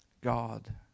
God